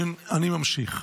אני ממשיך.